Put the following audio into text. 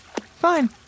Fine